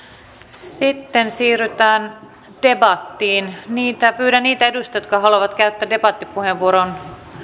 sitten siirrytään debattiin pyydän niitä edustajia jotka haluavat käyttää debattipuheenvuoron